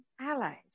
allies